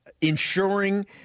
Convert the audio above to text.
ensuring